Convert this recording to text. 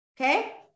Okay